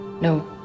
no